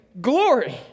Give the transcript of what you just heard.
glory